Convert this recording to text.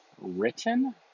written